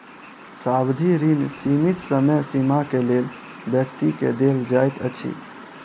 सावधि ऋण सीमित समय सीमा के लेल व्यक्ति के देल जाइत अछि